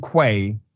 Quay